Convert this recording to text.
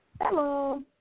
Hello